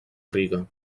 riga